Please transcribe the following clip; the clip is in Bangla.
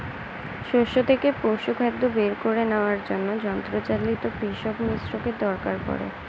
শস্য থেকে পশুখাদ্য খড় বের করে নেওয়ার জন্য যন্ত্রচালিত পেষক মিশ্রকের দরকার পড়ে